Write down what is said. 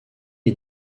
est